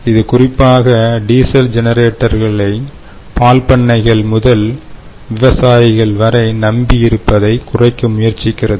இது குறிப்பாக டீசல் ஜெனரேட்டர்களைக் பால் பண்ணைகள் முதல் விவசாயிகளை வரை நம்பி இருப்பதை குறைக்க முயற்சிக்கிறது